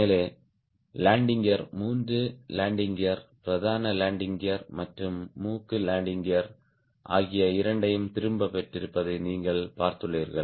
மேலே landing gear மூன்று landing கியர்கள் பிரதான லேண்டிங் கியர்கள் மற்றும் மூக்கு லேண்டிங் கியர் ஆகிய இரண்டையும் திரும்பப் பெற்றிருப்பதை நீங்கள் பார்த்துள்ளீர்கள்